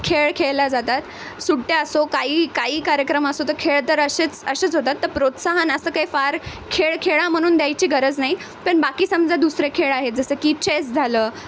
खेळ खेळल्या जातात सुट्ट्या असो काही काही कार्यक्रम असो तर खेळ तर असेच असेच होतात तर प्रोत्साहन असं काही फार खेळ खेळा म्हणून द्यायची गरज नाही पण बाकी समजा दुसरे खेळ आहेत जसं की चेस झालं